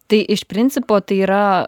tai iš principo tai yra